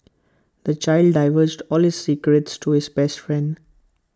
the child divulged all this secrets to his best friend